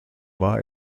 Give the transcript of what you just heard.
war